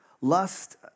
Lust